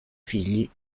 figli